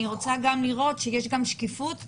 אני גם רוצה לראות שיש שקיפות ברשות,